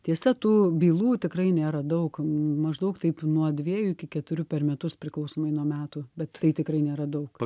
tiesa tų bylų tikrai nėra daug maždaug taip nuo dviejų iki keturių per metus priklausomai nuo metų bet tai tikrai nėra daug